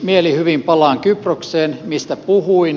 mielihyvin palaan kyprokseen mistä puhuin